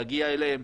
להגיע אליהם,